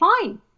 fine